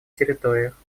территориях